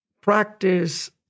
practice